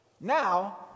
now